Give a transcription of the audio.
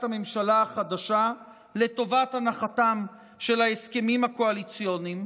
הממשלה החדשה לטובת הנחתם של ההסכמים הקואליציוניים,